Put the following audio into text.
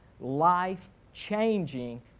life-changing